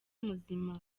muzima